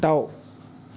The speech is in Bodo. दाउ